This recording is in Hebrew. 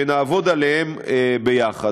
שנעבוד עליהם ביחד.